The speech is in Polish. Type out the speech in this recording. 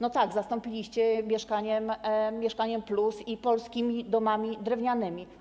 No tak, zastąpiliście „Mieszkaniem+” i polskimi domami drewnianymi.